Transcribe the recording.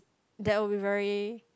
that will be very